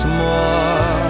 more